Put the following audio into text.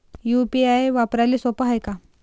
UPI वापराले सोप हाय का?